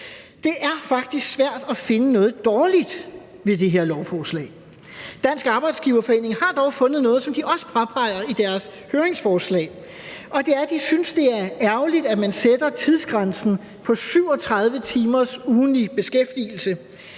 Det er faktisk svært at finde noget dårligt ved det her lovforslag. Dansk Arbejdsgiverforening har dog fundet noget, som de også påpeger i deres høringssvar, og det er, at de synes, det er ærgerligt, at man sætter tidsgrænsen på 37 timers ugentlig beskæftigelse.